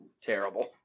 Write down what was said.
terrible